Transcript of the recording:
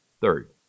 third